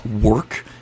work